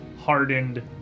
hardened